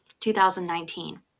2019